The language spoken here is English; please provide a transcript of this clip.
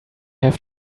have